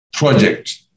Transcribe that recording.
Project